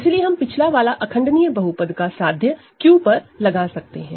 इसलिए हम पिछला वाला इररेडूसिबल पॉलीनॉमिनल का प्रोपोज़िशन Q पर लगा सकते हैं